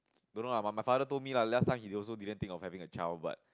don't know ah but my father told me lah last time he also didn't think of having a child but